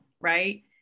right